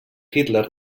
hitler